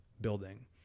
building